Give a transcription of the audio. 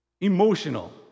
Emotional